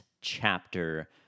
chapter